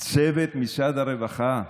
צוות משרד הרווחה,